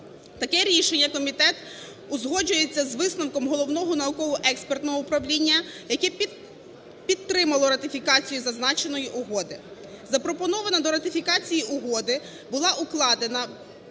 Таке рішення комітету узгоджується з висновком Головного науково-експертного управління, яке підтримало ратифікацію зазначеної угоди. Запропонована до ратифікації угода була укладена